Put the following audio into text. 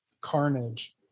carnage